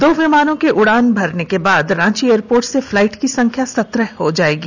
दो विमानों के उड़ान भरने के बाद रांची एयरपोर्ट से फ्लाइट की संख्या संत्रह हो जाएगी